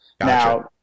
now